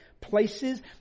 places